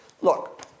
Look